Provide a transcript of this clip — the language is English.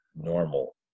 normal